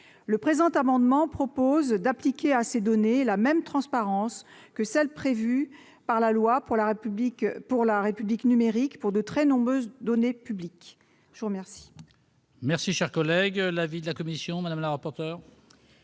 Le présent amendement prévoit d'appliquer à ces données la même transparence que celle qui a été instituée par la loi pour la République numérique pour de très nombreuses données publiques. Quel